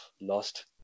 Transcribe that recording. lost